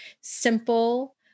simple